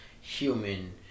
human